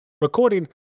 recording